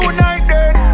United